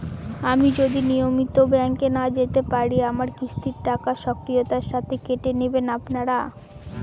আমি যদি নিয়মিত ব্যংকে না যেতে পারি আমার কিস্তির টাকা স্বকীয়তার সাথে কেটে নেবেন আপনারা?